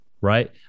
Right